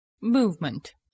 Movement